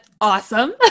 awesome